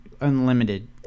unlimited